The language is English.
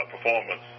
performance